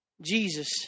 Jesus